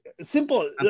simple